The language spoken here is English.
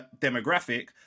demographic